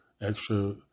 extra